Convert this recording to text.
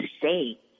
say